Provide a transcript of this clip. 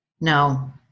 No